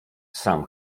sam